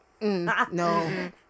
No